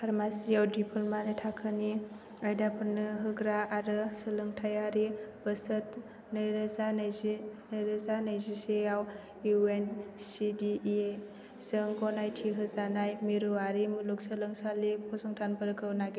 फार्मासिआव diploma थाखोनि आयदाफोरनो होग्रा आरो सोलोंथायारि बोसोर नैरोजा नैजि नैरोजा नैजिसेयाव U N C D E जों गनायथि होजानाय मिरुआरि मुलुग सोंलोंसालि फसंथानफोरखौ नागिर